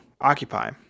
occupy